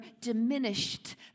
diminished